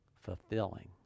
Fulfilling